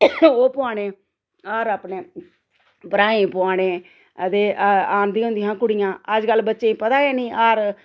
ओह् पुआने हार अपने भ्राएं गी पुआने ते आंदियां होंदियां हियां कुड़ियां अज्जकल बच्चें गी पता गा नी हार